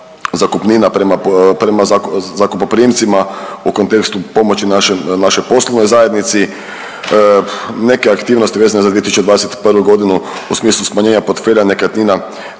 zakupnina prema zakupoprimcima u kontekstu pomoći našoj poslovnoj zajednici. Neke aktivnosti vezane za 2021. godinu u smislu smanjenja portfelja nekretnina